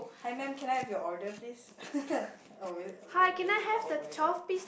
hi ma'am can I have your order please oh we're we're we still not over that